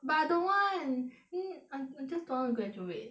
but I don't want I just don't want to graduate